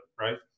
right